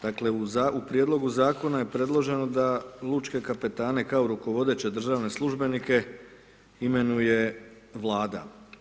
Dakle, u Prijedlogu Zakona je predloženo da lučke kapetane kao rukovodeće državne službenike, imenuje Vlada.